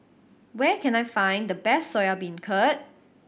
where can I find the best Soya Beancurd